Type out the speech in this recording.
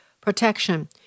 protection